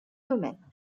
domaine